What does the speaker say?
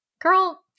Girl